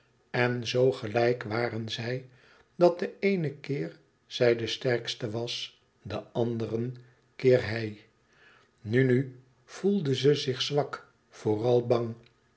en zo gelijk waren zij dat den eenen keer zij de sterkste was den anderen keer hij nu nu voelde ze zich zwak vooral bang